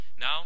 Now